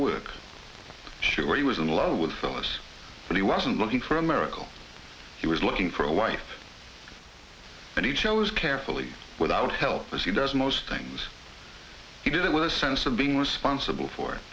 to where he was in love with phyllis but he wasn't looking for a miracle he was looking for a wife and he chose carefully without help as he does most things he did it with a sense of being responsible for